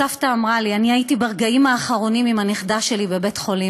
הסבתא אמרה לי: אני הייתי ברגעים האחרונים עם הנכדה שלי בבית-החולים.